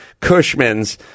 Cushmans